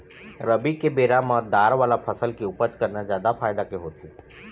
रबी के बेरा म दार वाला फसल के उपज करना जादा फायदा के होथे